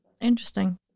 Interesting